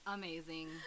amazing